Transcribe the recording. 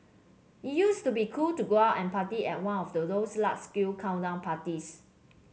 it used to be cool to go out and party at one of those large scale countdown parties